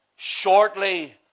Shortly